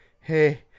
Hey